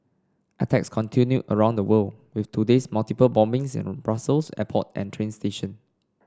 attacks continue around the world with today's multiple bombings in Brussels airport and train station